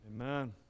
Amen